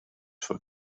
for